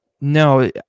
no